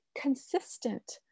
consistent